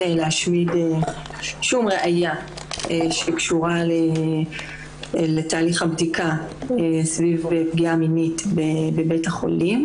להשמיד שום ראיה שקשורה לתהליך הבדיקה סביב פגיעה מינית בבית החולים.